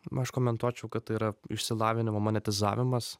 na aš komentuočiau kad tai yra išsilavinimo monetizavimas